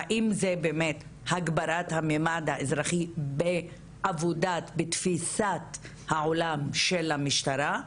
האם זה באמת הגברת המימד האזרחי בתפיסת העולם של המשטרה,